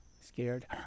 scared